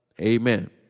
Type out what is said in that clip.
Amen